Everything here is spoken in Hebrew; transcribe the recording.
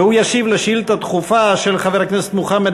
והוא ישיב על שאילתה דחופה של חבר הכנסת מוחמד